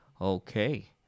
okay